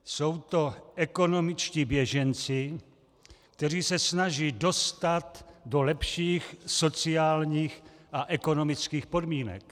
Jsou to ekonomičtí běženci, kteří se snaží dostat do lepších sociálních a ekonomických podmínek.